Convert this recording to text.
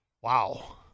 Wow